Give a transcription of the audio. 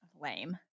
Lame